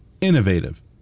innovative